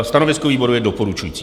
Stanovisko výboru je doporučující.